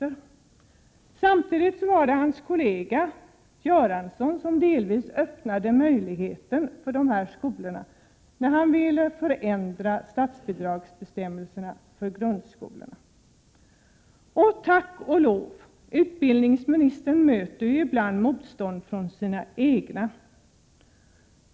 Men samtidigt var det utbildningsministerns regeringskollega Bengt Göransson som delvis öppnade väg för dessa skolor i och med att han ville förändra statsbidragsbestämmelserna för grundskolorna. Utbildningsministern möter, tack och lov, ibland motstånd från sina egna.